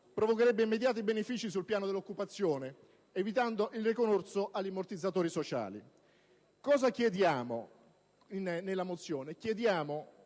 provocherebbe immediati benefici sul piano dell'occupazione, evitando il ricorso agli ammortizzatori sociali. Con quella mozione,